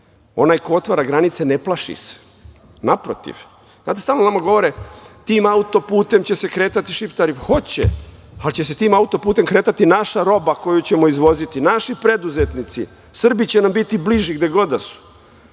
Onaj ko otvara granice ne plaši se, naprotiv. Znate, stalno nam govore, tim auto-putem će se kretati Šiptari, hoće, ali će se tim auto-putem kretati naša roba koju ćemo izvoziti, naši preduzetnici, Srbi će nam biti bliži gde god da su.